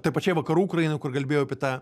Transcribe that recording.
tai pačiai vakarų ukrainai kur kalbėjau apie tą